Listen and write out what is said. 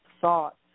thoughts